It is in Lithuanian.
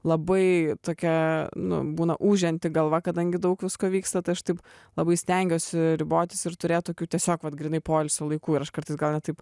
labai tokia nu būna ūžianti galva kadangi daug visko vyksta tai aš taip labai stengiuosi ribotis ir turėt tokių tiesiog vat grynai poilsio laikų ir aš kartais gal net taip